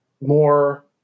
more